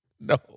No